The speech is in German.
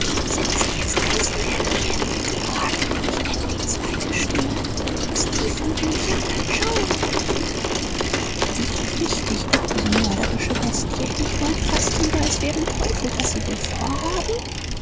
sind sie jetzt ganz in der nähe du huck ich kenne die zweite stimme s ist die von indianer joe s ist richtig diese mörderische bestie ich wollt fast lieber es wären teufel was sie wohl vorhaben